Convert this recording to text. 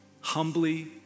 humbly